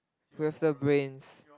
we have the brains